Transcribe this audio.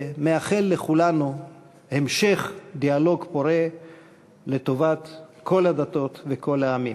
ומאחל לכולנו המשך דיאלוג פורה לטובת כל הדתות וכל העמים.